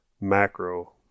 macro